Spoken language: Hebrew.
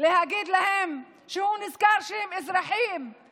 להגיד להם שהוא נזכר שהם אזרחים והם